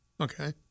okay